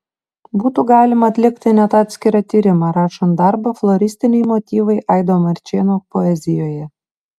būtų galima atlikti net atskirą tyrimą rašant darbą floristiniai motyvai aido marčėno poezijoje